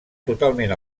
totalment